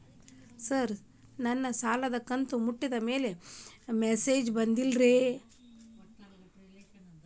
sir ನನ್ನ ಸಾಲದ ಕಂತು ಕಟ್ಟಿದಮೇಲೆ ಮೆಸೇಜ್ ಬಂದಿಲ್ಲ ರೇ